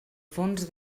fons